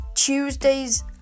Tuesdays